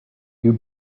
you